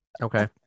okay